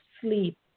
Sleep